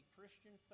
Christian